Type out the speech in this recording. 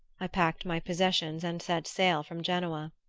i packed my possessions and set sail from genoa.